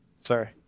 Sorry